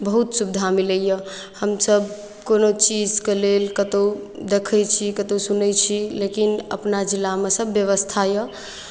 बहुत सुविधा मिलैए हमसभ कोनो चीजके लेल कतहु देखै छी कतहु सुनै छी लेकिन अपना जिलामे सभ व्यवस्था यए